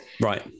Right